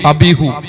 Abihu